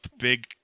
big